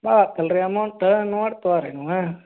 ಭಾಳ್ ಆಯ್ತಲ್ ರೀ ಅಮೌಂಟ್ ನೋಡಿ ತೋಗೋರಿ ನೀವು